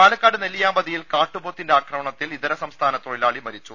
പാലക്കാട് നെല്ലിയാമ്പതിയിൽ കാട്ടുപോത്തിന്റെ ആക്രമണ ത്തിൽ ഇതര സംസ്ഥാന തൊഴിലാളി മരിച്ചു